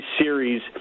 series